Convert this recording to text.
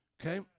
Okay